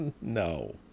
No